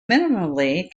minimally